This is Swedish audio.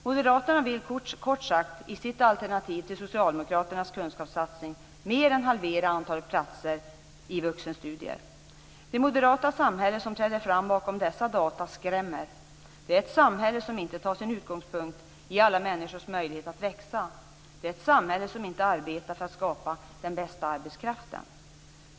Moderaterna vill kort sagt i sitt alternativ till socialdemokraternas kunskapssatsning mer än halvera antalet platser i vuxenstudier. Det moderata samhälle som träder fram bakom dessa data skrämmer. Det är ett samhälle som inte tar sin utgångspunkt i alla människors möjlighet att växa. Det är ett samhälle som inte arbetar för att skapa den bästa arbetskraften.